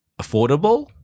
affordable